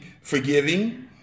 forgiving